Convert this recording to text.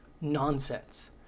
nonsense